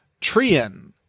Trian